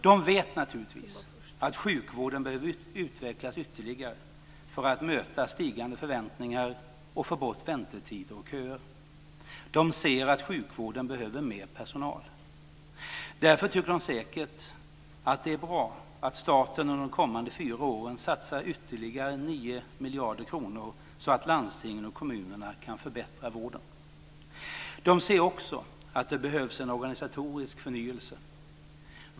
De vet naturligtvis att sjukvården behöver utvecklas ytterligare för att möta stigande förväntningar och få bort väntetider och köer. De ser att sjukvården behöver mer personal. Därför tycker de säkert att det är bra att staten under de kommande fyra åren satsar ytterligare 9 miljarder kronor så att landstingen och kommunerna kan förbättra vården. De ser också att det behövs en organisatorisk förnyelse.